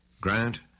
Grant